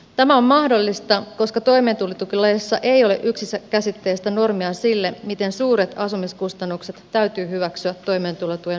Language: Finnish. tämä on mahdollista koska toimeentulotukilaissa ei ole yksikäsitteistä normia sille miten suuret asumiskustannukset täytyy hyväksyä toimeentulotuen perusteeksi